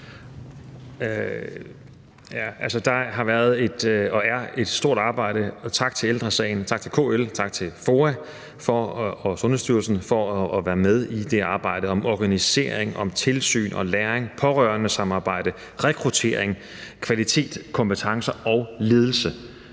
et stort stykke arbejde – og tak til Ældre Sagen, KL, FOA og Sundhedsstyrelsen for at være med i det arbejde om organisering, tilsyn, læring, pårørendesamarbejde, rekruttering, kvalitet, kompetencer og ledelse.